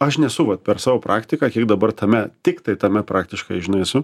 aš nesu vat per savo praktiką kiek dabar tame tiktai tame praktiškai žinai esu